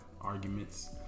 arguments